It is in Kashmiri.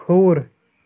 کھووُر